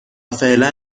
فعلا